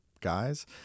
guys